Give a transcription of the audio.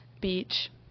Beach